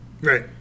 Right